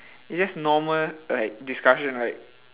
it's just normal like discussion right